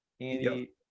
andy